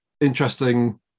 Interesting